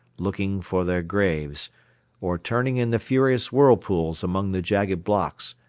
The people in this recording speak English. looking for their graves or, turning in the furious whirlpools among the jagged blocks,